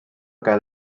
gael